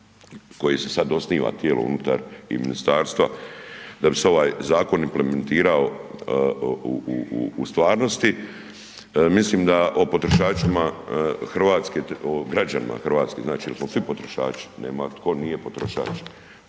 koje se sada osniva unutar ministarstva, da bi se ovaj zakon implementirao u stvarnosti, mislim da o potrošačima, građanima Hrvatske jel smo svi potrošači, nema tko nije potrošač,